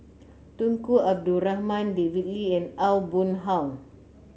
Tunku Abdul Rahman David Lee and Aw Boon Haw